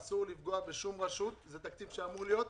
אסור לפגוע בשום רשות, זה תקציב שאמור להיות.